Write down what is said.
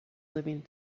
living